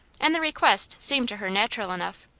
and the request seemed to her natural enough.